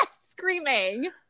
Screaming